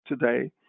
today